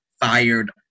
fired